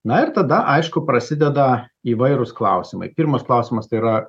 na ir tada aišku prasideda įvairūs klausimai pirmas klausimas tai yra